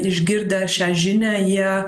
išgirdę šią žinią jie